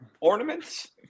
ornaments